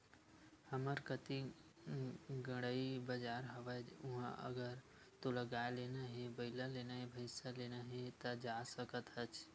हमर कती गंड़ई बजार हवय उहाँ अगर तोला गाय लेना हे, बइला लेना हे, भइसा लेना हे ता जा सकत हस